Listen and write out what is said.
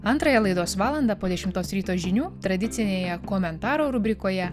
antrąją laidos valandą po dešimtos ryto žinių tradicinėje komentarų rubrikoje